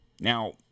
Now